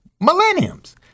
millenniums